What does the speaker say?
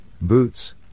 boots